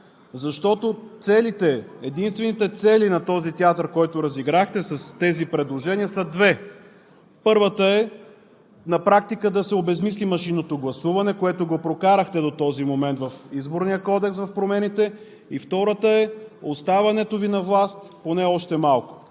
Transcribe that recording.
Защото целите, единствените цели на този театър, който разиграхте с тези предложения, са две. Първата е на практика да се обезсмисли машинното гласуване, което го прокарахте в промените до този момент в Изборния кодекс, и, втората е оставането Ви на власт поне още малко.